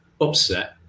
upset